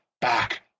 back